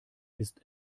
ist